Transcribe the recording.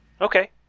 Okay